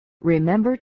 Remember